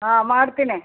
ಹಾಂ ಮಾಡ್ತೀನಿ